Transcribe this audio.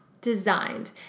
designed